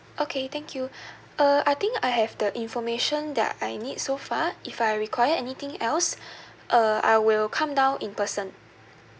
okay thank you uh I think I have the information that I need so far if I require anything else uh I will come down in person